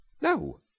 no